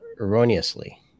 erroneously